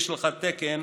יש לך תקן,